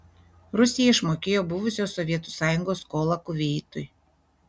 rusija išmokėjo buvusios sovietų sąjungos skolą kuveitui